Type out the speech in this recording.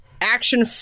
action